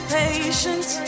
patience